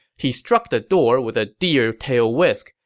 he struck the door with a deer-tail whisk,